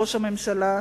ראש הממשלה,